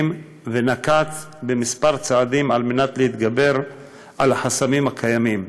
ונקט כמה צעדים כדי להתגבר על החסמים הקיימים,